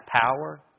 power